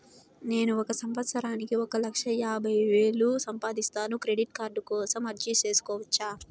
నేను ఒక సంవత్సరానికి ఒక లక్ష యాభై వేలు సంపాదిస్తాను, క్రెడిట్ కార్డు కోసం అర్జీ సేసుకోవచ్చా?